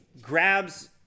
grabs